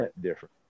different